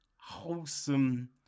wholesome